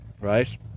right